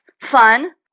fun